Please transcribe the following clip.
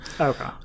Okay